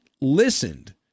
listened